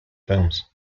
films